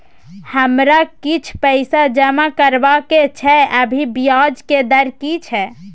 हमरा किछ पैसा जमा करबा के छै, अभी ब्याज के दर की छै?